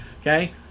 okay